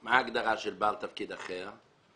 מה ההגדרה של בעל תפקיד אחר?